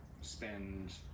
spend